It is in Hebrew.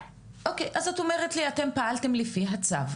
אז את אומרת לי שאתם פעלתם לפי הצו.